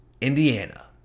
Indiana